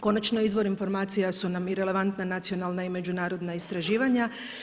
Konačno izvor informacija su nam i relevantna nacionalna i međunarodna istraživanja.